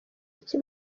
iki